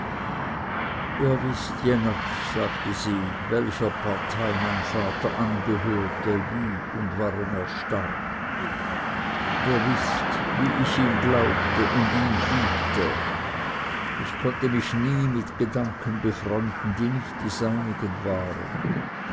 ihr wißt jenatsch sagte sie welcher partei mein vater angehörte wie und warum er starb ihr wißt wie ich ihm glaubte und ihn liebte ich konnte mich nie mit gedanken befreunden die nicht die seinigen waren